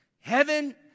heaven